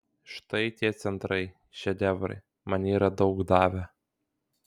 štai tie centrai šedevrai man yra daug davę